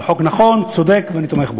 זה חוק נכון, צודק, ואני תומך בו.